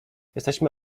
jesteśmy